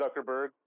Zuckerberg